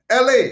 LA